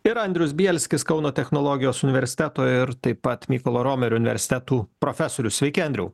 ir andrius bielskis kauno technologijos universiteto ir taip pat mykolo romerio universitetų profesorius sveiki andriau